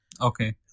Okay